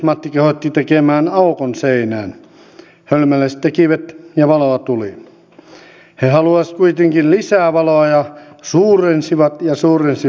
toinen asia koskee hallitusohjelman kirjausta jonka mukaan hallitus selvittää työvoimapalveluiden sekä resurssien siirtoa kuntien vastuulle vaikeimmin työllistyvien osalta